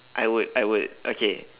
I would I would okay